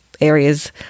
areas